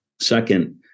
Second